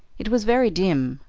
it was very dim,